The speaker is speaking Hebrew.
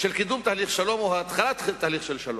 של קידום תהליך שלום או התחלת תהליך שלום.